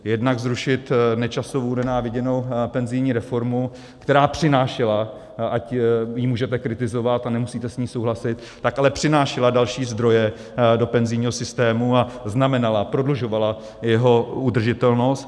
Jednak zrušit Nečasovu nenáviděnou penzijní reformu, která přinášela, ať ji můžete kritizovat a nemusíte s ní souhlasit, tak ale přinášela další zdroje do penzijního systému a znamenala, prodlužovala jeho udržitelnost.